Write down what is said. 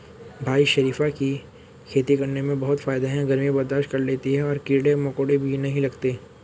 भाई शरीफा की खेती करने में बहुत फायदा है गर्मी बर्दाश्त कर लेती है और कीड़े मकोड़े भी नहीं लगते